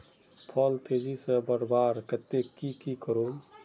फल तेजी से बढ़वार केते की की करूम?